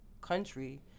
country